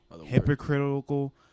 hypocritical